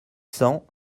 cents